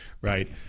right